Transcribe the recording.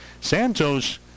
Santos